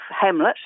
Hamlet